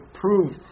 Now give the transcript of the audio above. prove